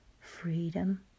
freedom